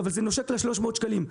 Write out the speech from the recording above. אבל זה נושק ל-300 שקלים.